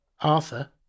Arthur